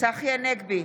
צחי הנגבי,